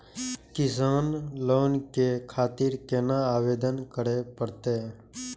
किसान लोन के खातिर केना आवेदन करें परतें?